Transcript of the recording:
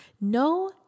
No